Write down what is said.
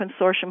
Consortium